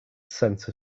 scent